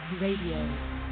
Radio